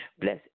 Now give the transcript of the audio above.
Bless